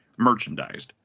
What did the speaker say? merchandised